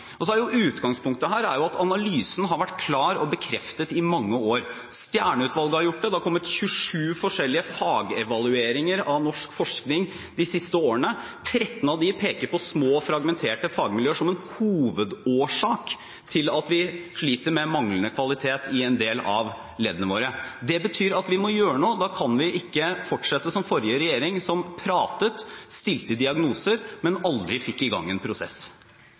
og bekreftet i mange år. Stjernø-utvalget har gjort det. Det har kommet 27 forskjellige fagevalueringer av norsk forskning de siste årene, og 13 av dem peker på små og fragmenterte fagmiljøer som en hovedårsak til at vi sliter med manglende kvalitet i en del av leddene våre. Det betyr at vi må gjøre noe. Da kan vi ikke fortsette som forrige regjering, som pratet, stilte diagnoser, men aldri fikk i gang en prosess.